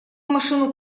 машину